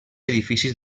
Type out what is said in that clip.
edificis